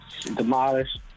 demolished